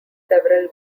several